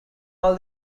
all